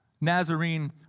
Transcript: Nazarene